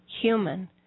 human